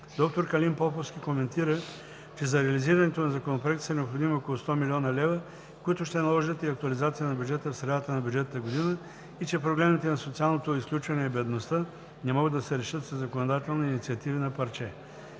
Доктор Калин Поповски коментира, че за реализирането на Законопроекта са необходими около 100 млн. лв., които ще наложат и актуализация на бюджета в средата на бюджетната година и че проблемите на социалното изключване и бедността не могат да се решават със законодателни инициативи на парче.